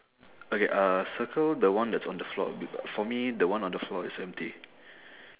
okay uh circle the one that's on the floor for me the one on the floor is empty